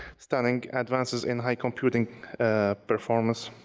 stunning advances in high computing performance,